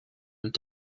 und